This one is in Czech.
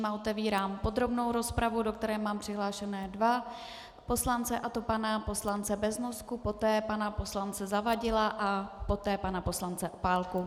Otevírám podrobnou rozpravu, do které mám přihlášené dva poslance, a to pana poslance Beznosku, poté pana poslance Zavadila a poté pana poslance Opálku.